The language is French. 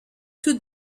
tout